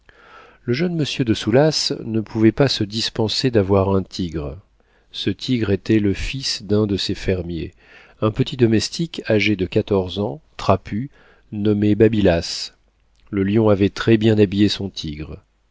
le jeune monsieur de soulas ne pouvait se dispenser d'avoir un tigre ce tigre était le fils d'un de ses fermiers un petit domestique âgé de quatorze ans trapu nommé babylas le lion avait très-bien habillé son tigre